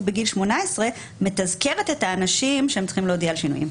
בגיל 18 מתזכרת את האנשים הם צריכים להודיע על שינויים?